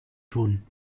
tun